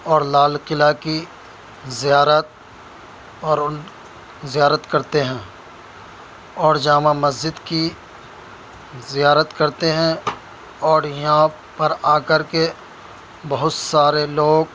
اور لال قلعہ کی زیارت اور ان زیارت کرتے ہیں اور جامع مسجد کی زیارت کرتے ہیں اور یہاں پر آ کر کے بہت سارے لوگ